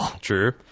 True